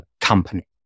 company